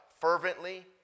Fervently